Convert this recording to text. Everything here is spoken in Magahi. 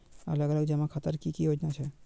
अलग अलग जमा खातार की की योजना छे?